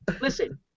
listen